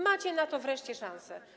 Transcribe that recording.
Macie na to wreszcie szansę.